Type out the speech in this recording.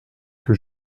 que